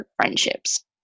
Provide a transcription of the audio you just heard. friendships